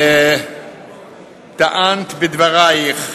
וטענת בדברייך,